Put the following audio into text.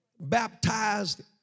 baptized